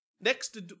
next